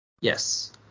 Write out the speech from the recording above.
Yes